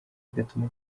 bigatuma